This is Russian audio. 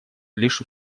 лишь